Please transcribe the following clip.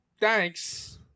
thanks